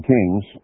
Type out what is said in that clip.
Kings